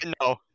No